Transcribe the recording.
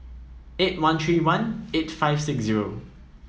eight one three one eight five six zero